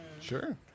sure